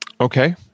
Okay